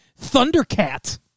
Thundercat